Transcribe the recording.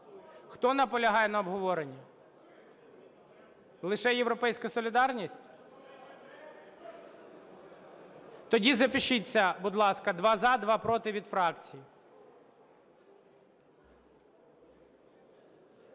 Хто наполягає на обговоренні? Лише "Європейська солідарність"? Тоді запишіться, будь ласка: два – за, два – проти від фракцій.